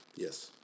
Yes